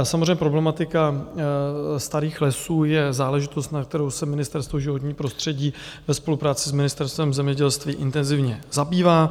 Samozřejmě, problematika starých lesů je záležitost, kterou se Ministerstvo životní prostředí ve spolupráci s Ministerstvem zemědělství intenzivně zabývá.